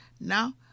Now